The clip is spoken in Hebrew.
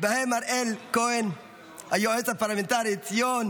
הראל כהן היועץ הפרלמנטרי, ציון